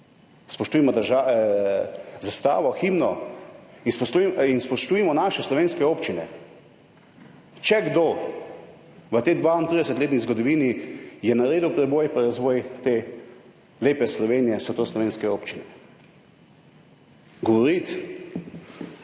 Spoštujmo zastavo, himno in spoštujmo naše slovenske občine. Če je kdo v tej 32-letni zgodovini naredil preboj in razvoj te lepe Slovenije, so to slovenske občine. Soglasen